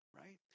right